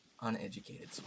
Uneducated